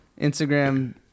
Instagram